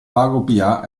pagopa